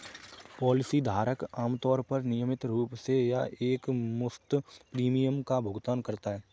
policy धारक आमतौर पर नियमित रूप से या एकमुश्त प्रीमियम का भुगतान करता है